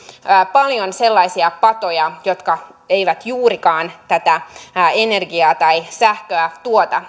paljon sellaisia patoja jotka eivät juurikaan tätä energiaa tai sähköä tuota